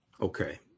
Okay